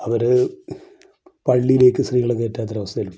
അവർ പള്ളിയിലേക്ക് സ്ത്രീകളെ കയറ്റാത്തൊരവസ്ഥ വരുന്നുണ്ട്